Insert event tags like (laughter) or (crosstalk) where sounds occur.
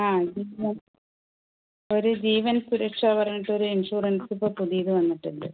ആ (unintelligible) ഒരു ജീവൻ സുരക്ഷ പറഞ്ഞിട്ട് ഒരു ഇൻഷുറൻസ് ഇപ്പോൾ പുതിയത് വന്നിട്ടുണ്ട്